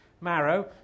marrow